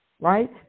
right